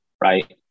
Right